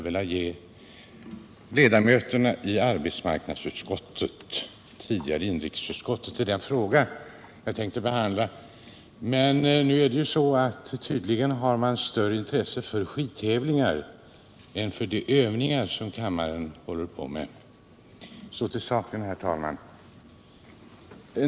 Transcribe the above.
Jag har nämligen i samband med detta ärende tänkt återge några minnesanteckningar för ledamöterna av detta utskott. Men tydligen har man större intresse för skidtävlingar än för de övningar som pågår i kammaren. Så till saken, herr talman!